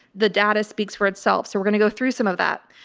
the data speaks for itself. so we're going to go through some of that.